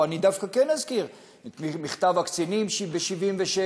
או אני דווקא כן אזכיר את מכתב הקצינים מ-1977,